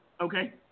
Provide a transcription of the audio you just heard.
Okay